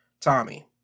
Tommy